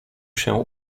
się